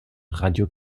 radio